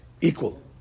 equal